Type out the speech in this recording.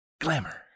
Glamour